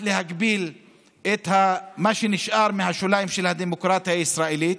להגביל את מה שנשאר מהשוליים של הדמוקרטיה הישראלית,